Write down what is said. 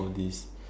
all these